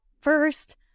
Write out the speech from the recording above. first